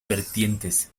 vertientes